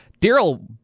Daryl